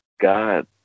God